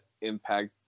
Impact